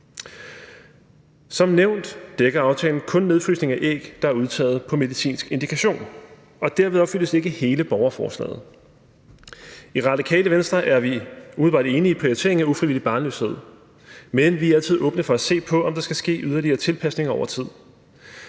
Som nævnt dækker aftalen kun nedfrysning af æg, der er udtaget på medicinsk indikation. Og derved opfyldes ikke hele borgerforslaget. I Radikale Venstre er vi umiddelbart enige i prioriteringen af ufrivillig barnløshed. Men vi er altid åbne for at se på, om der skal ske yderligere tilpasninger over tid.